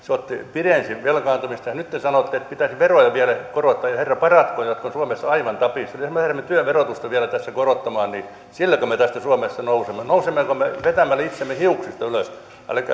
pidensi velkaantumista ja nyt te sanotte että pitäisi vielä korottaa veroja ei herra paratkoon jotka ovat suomessa aivan tapissa jos me lähdemme työn verotusta vielä tässä korottamaan niin silläkö me tästä suomessa nousemme nousemmeko me vetämällä itsemme hiuksista ylös